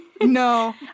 No